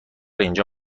اینجا